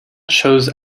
chose